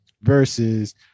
versus